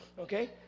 Okay